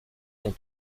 ont